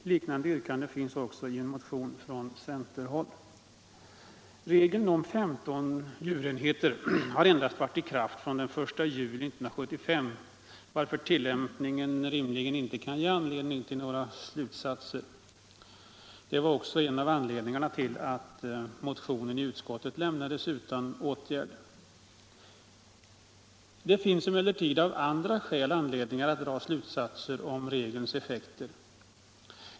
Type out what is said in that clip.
Liknande yrkande finns också i en motion från centerhåll. Regeln om 15 djurenheter har endast varit i kraft från den 1 juli 1975, varför tillämpningen rimligen inte kan ge anledning till några slutsatser. Detta var också en av anledningarna till att motionen i utskottet lämnades utan åtgärd. Det finns emellertid av andra skäl anledning att dra slutsatser om regelns effekter.